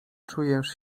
czujesz